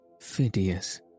Phidias